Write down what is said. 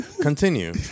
Continue